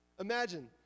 Imagine